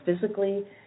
physically